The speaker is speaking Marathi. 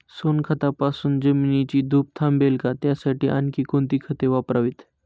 सोनखतापासून जमिनीची धूप थांबेल का? त्यासाठी आणखी कोणती खते वापरावीत?